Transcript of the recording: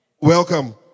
welcome